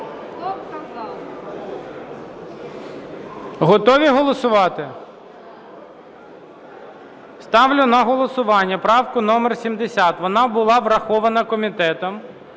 Готові голосувати? Ставлю на голосування правку номер 70. Вона була врахована комітетом.